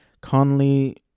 Conley